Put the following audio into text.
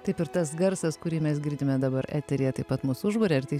taip ir tas garsas kurį mes girdime dabar eteryje taip pat mus užburia ir tai